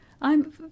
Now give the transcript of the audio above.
I'm